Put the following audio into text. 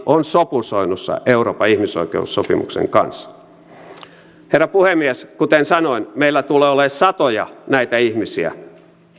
on sopusoinnussa euroopan ihmisoikeussopimuksen kanssa herra puhemies kuten sanoin meillä tulee olemaan satoja näitä ihmisiä